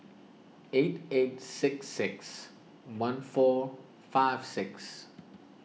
eight eight six six one four five six